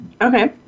Okay